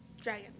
dragon